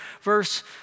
verse